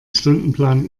stundenplan